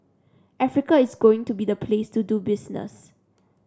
Africa is going to be the place to do business